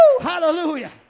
Hallelujah